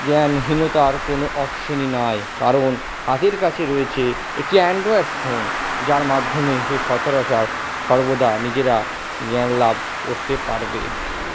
জ্ঞানহীনতার কোনো অপশানই নাই কারণ হাতের কাছে রয়েছে একটি অ্যান্ড্রয়েড ফোন যার মাধ্যমে সে সচরাচর সর্বদা নিজেরা জ্ঞান লাভ করতে পারবে